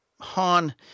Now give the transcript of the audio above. Han